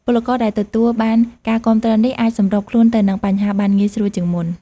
ពលករដែលទទួលបានការគាំទ្រនេះអាចសម្របខ្លួនទៅនឹងបញ្ហាបានងាយស្រួលជាងមុន។